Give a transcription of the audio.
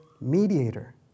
mediator